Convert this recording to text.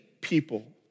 people